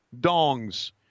Dongs